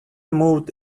moved